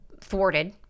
thwarted